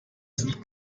sind